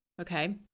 Okay